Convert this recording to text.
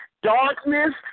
Darkness